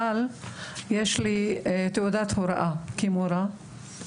אבל יש לי תעודת הוראה כמורה.